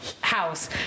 house